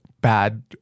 bad